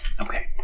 Okay